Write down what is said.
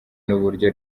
n’uburyo